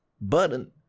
button